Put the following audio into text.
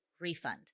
refund